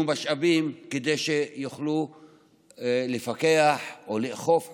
משאבים כדי שיוכלו לפקח או לאכוף חוקים,